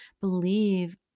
believe